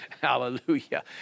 Hallelujah